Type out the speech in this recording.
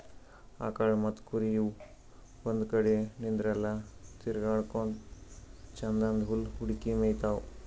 ಆಕಳ್ ಮತ್ತ್ ಕುರಿ ಇವ್ ಒಂದ್ ಕಡಿ ನಿಂದ್ರಲ್ಲಾ ತಿರ್ಗಾಡಕೋತ್ ಛಂದನ್ದ್ ಹುಲ್ಲ್ ಹುಡುಕಿ ಮೇಯ್ತಾವ್